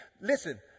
listen